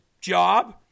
job